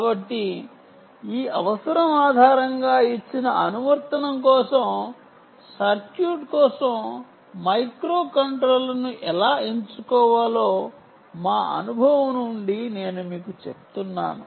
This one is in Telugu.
కాబట్టి ఈ అవసరం ఆధారంగా ఇచ్చిన అనువర్తనం కోసం సర్క్యూట్ కోసం మైక్రోకంట్రోలర్ను ఎలా ఎంచుకోవాలో మా అనుభవం నుండి నేను మీకు చెప్తున్నాను